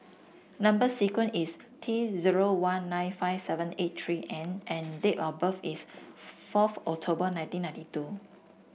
number sequence is T zero one nine five seven eight three N and date of birth is fourth October nineteen ninety two